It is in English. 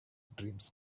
dreams